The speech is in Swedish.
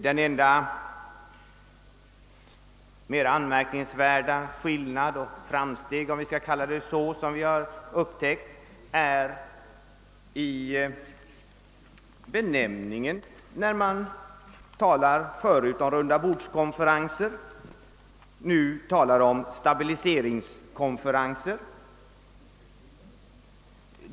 Den enda mer anmärkningsvärda skillnaden -— det enda framsteg, om vi skall kalla det så — som vi har upptäckt är benämningen. Man talade förut om rundabordskonferenser, nu talar man om stabiliseringskonferenser.